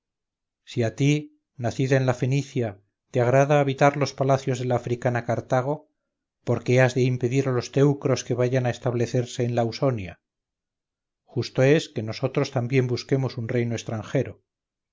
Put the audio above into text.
si a ti nacida en la fenicia te agrada habitar los palacios de la africana cartago por qué has de impedir a los teucros que vayan a establecerse en la ausonia justo es que nosotros también busquemos un reino extranjero